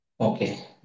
Okay